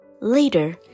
Later